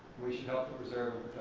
we should help to preserve